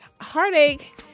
heartache